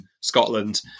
Scotland